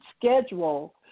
schedule